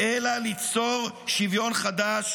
אלא ליצור שוויון חדש